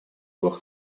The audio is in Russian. пор